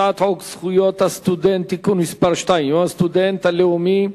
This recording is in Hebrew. הצעת חוק זכויות הסטודנט (תיקון מס' 2) (יום הסטודנט הלאומי),